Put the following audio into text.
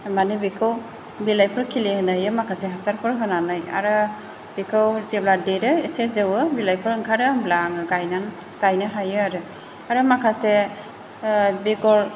माने बेखौ बिलाइफोर खिलिहोनो हायो माखासे हासारफोर होनानै आरो बेखौ जेब्ला देरो एसे जौवो बिलाइफोर ओंखारो होमब्ला आङो गायना गायनो हायो आरो आरो माखासे बेगर